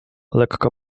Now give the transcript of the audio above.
lekko